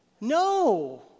No